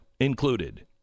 included